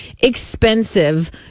Expensive